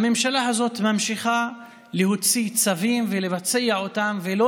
הממשלה הזאת ממשיכה להוציא צווים ולבצע אותם ולא